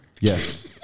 Yes